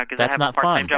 that's not fun. yeah